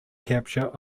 capture